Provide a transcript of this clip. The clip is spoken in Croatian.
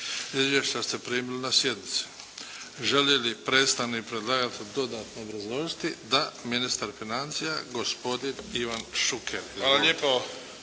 Izvješća ste primili na sjednici. Želi li predstavnik predlagatelja dodatno obrazložiti? Da. Ministar financija, gospodin Ivan Šuker. **Šuker,